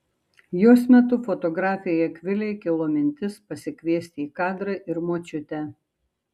jos metu fotografei akvilei kilo mintis pasikviesti į kadrą ir močiutę